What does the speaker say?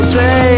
say